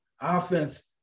offense